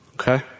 okay